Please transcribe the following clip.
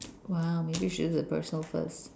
!wow! maybe should do the personal first